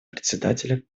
председателя